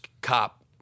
cop